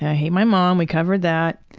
hate my mom, we covered that,